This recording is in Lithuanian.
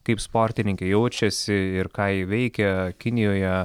kaip sportininkė jaučiasi ir ką ji veikia kinijoje